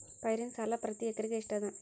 ಪೈರಿನ ಸಾಲಾ ಪ್ರತಿ ಎಕರೆಗೆ ಎಷ್ಟ ಅದ?